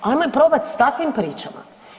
Ajmo probat s takvim pričama.